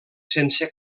sense